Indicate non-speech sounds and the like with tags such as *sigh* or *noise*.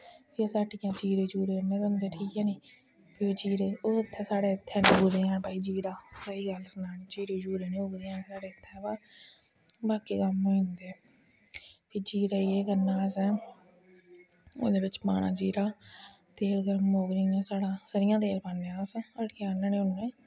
फ्ही असें हट्टिया दा जीरे जूरे आह्ने दे होंदे ठीक ऐ निं फ्ही ओह् जीरे साढ़ै इत्थें निं उगदे हैन भाई जीरा स्हेई गल्ल सनां नी जीरे जूरे निं उगदे हैन साढ़ै इत्थें वा बाकी कम्म होई जंदे फ्ही जीरे गी केह् करना असें ओह्दे बिच्च पाना जीरा ते ओह् *unintelligible* सरेआं दा तेल पान्ने अस हट्टिया दा आह्नने होन्ने